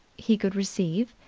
he could receive,